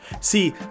See